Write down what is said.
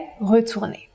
retourner